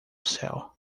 céu